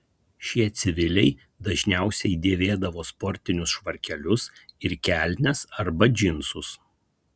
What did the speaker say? šie civiliai dažniausiai dėvėdavo sportinius švarkelius ir kelnes arba džinsus